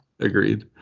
Agreed